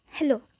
Hello